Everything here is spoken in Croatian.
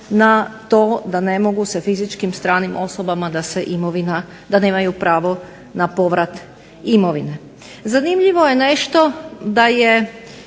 na to da ne mogu se fizičkim, stranim osobama da nemaju pravo na povrat imovine. Zanimljivo je nešto da je